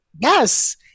yes